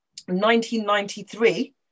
1993